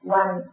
one